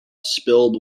spilled